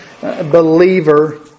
believer